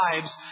lives